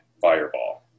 fireball